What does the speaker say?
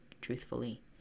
truthfully